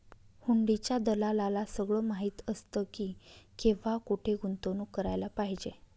हुंडीच्या दलालाला सगळं माहीत असतं की, केव्हा आणि कुठे गुंतवणूक करायला पाहिजे